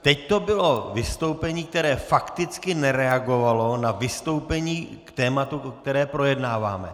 Teď to bylo vystoupení, které fakticky nereagovalo na vystoupení k tématu, které projednáváme.